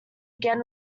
again